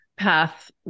path